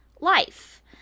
life